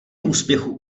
úspěchu